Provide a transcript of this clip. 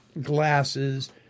glasses